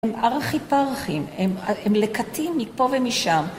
הם ארחי פרחים, הם לקטים מפה ומשם.